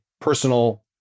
personal